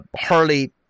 Harley